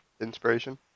Inspiration